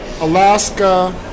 Alaska